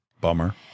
bummer